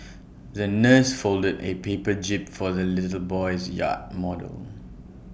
the nurse folded A paper jib for the little boy's yacht model